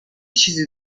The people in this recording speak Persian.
چیزی